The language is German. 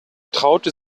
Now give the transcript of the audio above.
traute